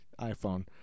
iPhone